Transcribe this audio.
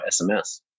SMS